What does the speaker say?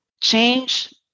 change